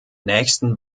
nächsten